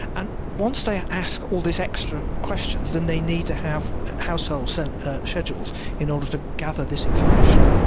and once they ask all these extra questions then they need to have household and schedules in order to gather this information.